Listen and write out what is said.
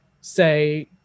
say